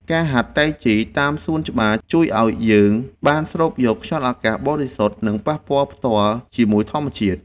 ការហាត់តៃជីតាមសួនច្បារជួយឱ្យយើងបានស្រូបយកខ្យល់អាកាសបរិសុទ្ធ និងប៉ះពាល់ផ្ទាល់ជាមួយធម្មជាតិ។